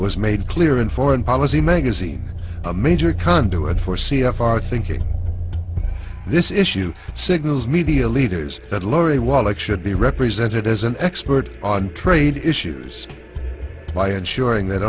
was made clear in foreign policy magazine a major conduit for c f r thinking this issue signals media leaders that lori wallach should be represented as an expert on trade issues by ensuring that